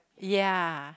ya